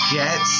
get